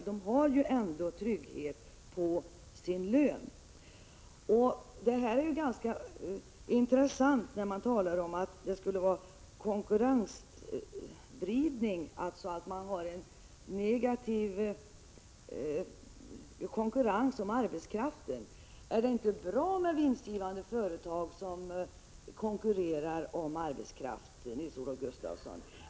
De anställda har ju ändå sin trygghet baserad på lönen. Talet om att vinstandelssystemen skulle påverka konkurrensen mellan företagen när det gäller arbetskraften var intressant. Är det inte bra med vinstgivande företag som konkurrerar om arbetskraften, Nils-Olof Gustafsson?